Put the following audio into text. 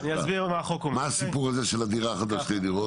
מה הסיפור הזה של הדירה ושתי הדירות?